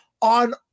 on